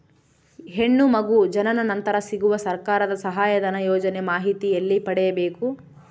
ಹೆಣ್ಣು ಮಗು ಜನನ ನಂತರ ಸಿಗುವ ಸರ್ಕಾರದ ಸಹಾಯಧನ ಯೋಜನೆ ಮಾಹಿತಿ ಎಲ್ಲಿ ಪಡೆಯಬೇಕು?